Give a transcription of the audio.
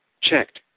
checked